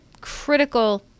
Critical